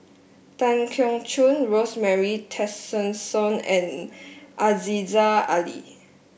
Tan Keong Choon Rosemary Tessensohn and Aziza Ali